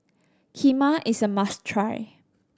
kheema is a must try